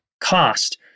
cost